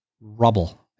Rubble